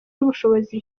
n’ubushobozi